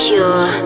Pure